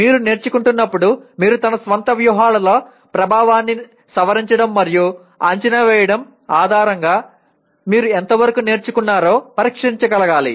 మీరు నేర్చుకుంటున్నప్పుడు మీరు మన స్వంత వ్యూహాల ప్రభావాన్ని సవరించడం మరియు అంచనా వేయడం ఆధారంగా మీరు ఎంతవరకు నేర్చుకున్నారో పరీక్షించగలగాలి